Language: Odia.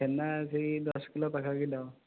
ଛେନା ସେହି ଦଶ କିଲୋ ପାଖା ପାଖି ଦେବ